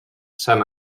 san